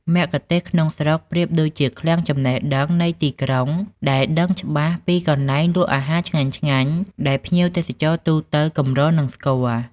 មគ្គុទ្ទេសក៍ក្នុងស្រុកប្រៀបដូចជាឃ្លាំងចំណេះដឹងនៃទីក្រុង ដែលដឹងច្បាស់ពីកន្លែងលក់អាហារឆ្ងាញ់ៗ ដែលភ្ញៀវទេសចរទូទៅកម្រនឹងស្គាល់។